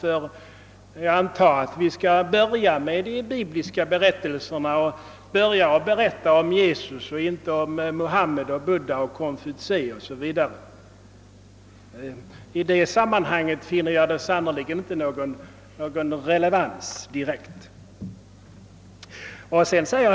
Jag antar nämligen att vi skall börja med de bibliska berättelserna och Jesus och inte börja med att berätta om Muhammed, Budda, Konfutse o.s.v. På det stadiet kan jag sannerligen inte finna någon relevans mellan ämnesbeteckningen »religionskunskap» och ämnesinnehållet.